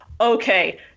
Okay